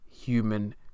human